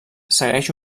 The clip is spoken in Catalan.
segueix